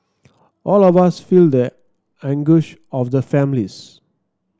all of us feel the anguish of the families